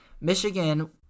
Michigan